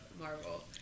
Marvel